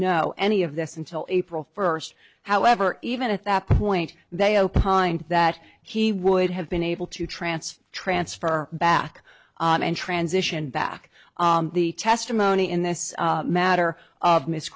know any of this until april first however even at that point they opined that he would have been able to transfer transfer back and transition back the testimony in this matter of miss